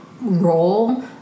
role